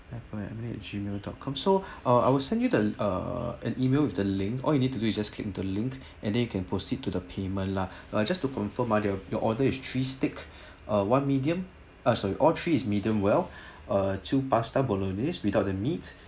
apple at gmail dot com so uh I will send you the uh an email with the link all you need to do is just click into the link and then you can proceed to the payment lah uh just to confirm ah your order is three steak uh one medium uh sorry all three is medium well uh two pasta bolognese without the meat